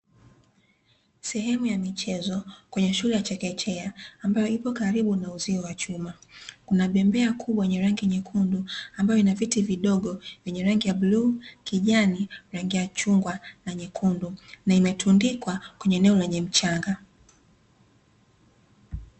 Sehemu ya michezo kwenye shule ya chekechea, ambayo ipo karibu na uzio wa chuma, kuna bembea kubwa yenye rangi nyekundu ambayo ina viti vidogo vyenye rangi ya bluu, kijani, rangi ya chungwa na nyekundu na imetundikwa kwenye eneo lenye mchanga.